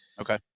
Okay